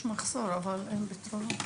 יש מחסור אבל אין פתרונות.